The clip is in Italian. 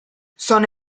sono